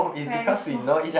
where are you from